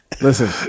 Listen